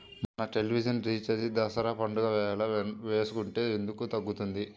మన television recharge Dasara పండగ వేళ వేసుకుంటే ఎందుకు తగ్గుతుంది?